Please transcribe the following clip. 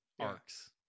arcs